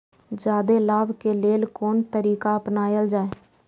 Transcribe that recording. जादे लाभ के लेल कोन तरीका अपनायल जाय?